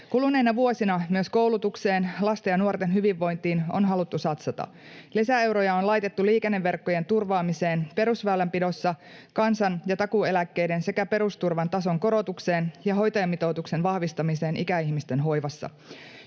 Kuluneina vuosina myös koulutukseen, lasten ja nuorten hyvinvointiin, on haluttu satsata. Lisäeuroja on laitettu liikenneverkkojen turvaamiseen perusväylänpidossa, kansan- ja takuueläkkeiden sekä perusturvan tason korotukseen ja hoitajamitoituksen vahvistamiseen ikäihmisten hoivassa.